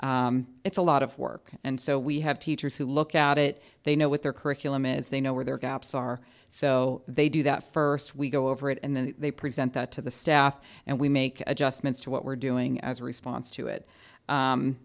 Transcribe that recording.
it's a lot of work and so we have teachers who look at it they know what their curriculum is they know where their gaps are so they do that first we go over it and then they present that to the staff and we make adjustments to what we're doing as a response to it